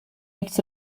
its